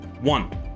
One